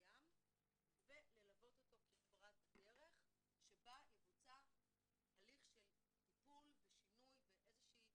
מסוים וללוות אותו כברת דרך שבה יבוצע הליך של טיפול ושינוי ואיזה שהיא